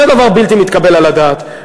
זה דבר בלתי מתקבל על הדעת,